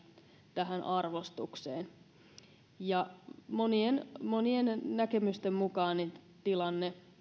tähän arvostukseen monien monien näkemysten mukaan tilanne